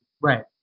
Right